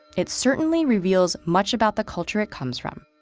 it certainly reveals much about the culture it comes from.